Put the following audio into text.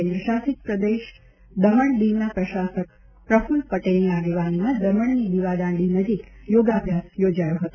કેન્દ્રશાસિત પ્રદેશ દમણ દિવના પ્રશાસક પ્રફુલ પટેલની આગેવાનીમાં દમણની દિવાદાંડી નજીક યોગાભ્યાસ યોજાયો હતો